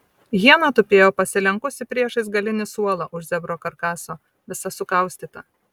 hiena tupėjo pasilenkusi priešais galinį suolą už zebro karkaso visa sukaustyta